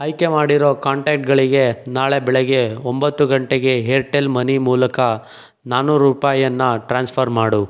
ಆಯ್ಕೆ ಮಾಡಿರೋ ಕಾಂಟ್ಯಾಕ್ಟ್ಗಳಿಗೆ ನಾಳೆ ಬೆಳಗ್ಗೆ ಒಂಬತ್ತು ಗಂಟೆಗೆ ಹೇರ್ಟೆಲ್ ಮನಿ ಮೂಲಕ ನಾನ್ನೂರು ರೂಪಾಯಿಯನ್ನ ಟ್ರಾನ್ಸ್ಫರ್ ಮಾಡು